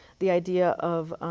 the idea of,